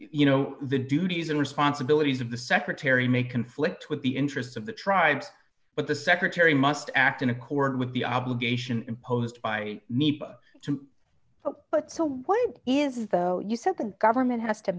you know the duties and responsibilities of the secretary may conflict with the interests of the tribes but the secretary must act in accord with the obligation imposed by me but so what is it though you said the government has to